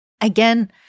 Again